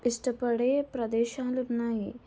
ఇష్టపడే ప్రదేశాలు ఉన్నాయి